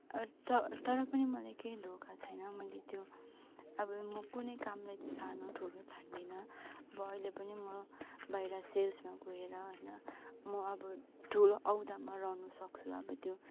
तर् तर पनि मलाई केही धोका छैन मैले त्यो अब म कुनै कामलाई सानो ठुलो ठान्दिनँ अब अहिले पनि म बाहिर सेल्समा गएर होइन म अब ठुलो अहोदामा रहनु सक्छु अब त्यो